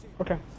Okay